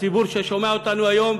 הציבור ששומע אותנו היום,